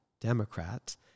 Democrats